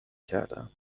کردم